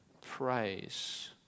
praise